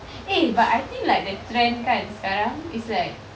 eh but I think like the trend kan sekarang is like